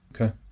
Okay